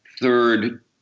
third